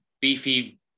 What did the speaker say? beefy